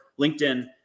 LinkedIn